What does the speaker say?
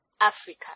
africa